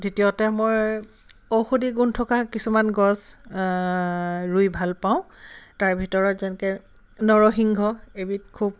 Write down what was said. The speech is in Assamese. দ্বিতীয়তে মই ঔষধি গুণ থকা কিছুমান গছ ৰুই ভাল পাওঁ তাৰ ভিতৰত যেনেকৈ নৰসিংহ এবিধ খুব